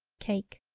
cake.